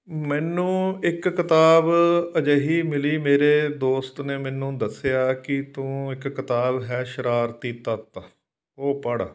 ਮੈਨੂੰ ਇੱਕ ਕਿਤਾਬ ਅਜਿਹੀ ਮਿਲੀ ਮੇਰੇ ਦੋਸਤ ਨੇ ਮੈਨੂੰ ਦੱਸਿਆ ਕਿ ਤੂੰ ਇੱਕ ਕਿਤਾਬ ਹੈ ਸ਼ਰਾਰਤੀ ਤੱਤ ਉਹ ਪੜ੍ਹ